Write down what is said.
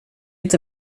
inte